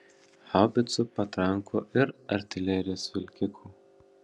haubicų patrankų ir artilerijos vilkikų